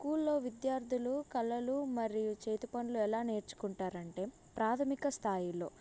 స్కూల్లో విద్యార్థులు కళలు మరియు చేతి పనులు ఎలా నేర్చుకుంటారంటే ప్రాథమిక స్థాయిలో